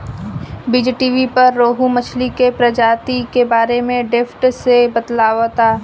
बीज़टीवी पर रोहु मछली के प्रजाति के बारे में डेप्थ से बतावता